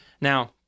Now